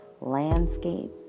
landscape